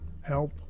Help